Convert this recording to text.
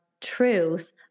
truth